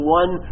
one